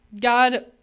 God